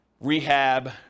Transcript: rehab